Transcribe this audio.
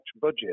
budget